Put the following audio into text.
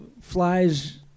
flies